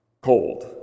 Cold